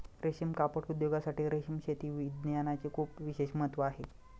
रेशीम कापड उद्योगासाठी रेशीम शेती विज्ञानाचे खूप विशेष महत्त्व आहे